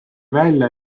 välja